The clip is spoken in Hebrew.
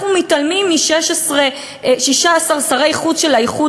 אנחנו מתעלמים מ-16 שרי חוץ של האיחוד